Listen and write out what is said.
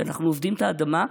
שאנחנו עובדים את האדמה,